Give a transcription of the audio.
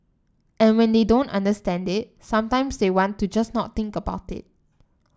and when they don't understand it sometimes they want to just not think about it